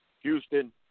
Houston